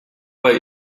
bei